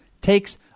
takes